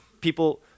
people